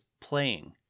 playing